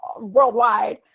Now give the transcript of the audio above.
worldwide